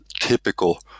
typical